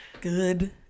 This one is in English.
Good